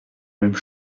même